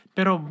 Pero